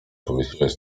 powiesiłeś